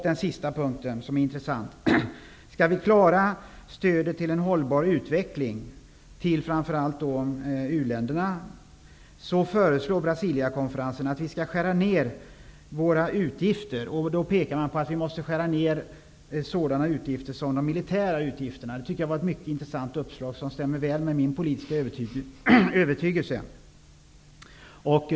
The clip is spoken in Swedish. Den sista punkten som är intressant är att Brasiliakonferensen föreslår att vi skall skära ner våra utgifter för att vi skall klara stödet till en hållbar utveckling i framför allt u-länderna. Man pekar på att vi måste skära ner bl.a. de militära utgifterna. Det tycker jag var ett mycket intressant uppslag som stämmer väl med min politiska övertygelse.